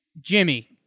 Jimmy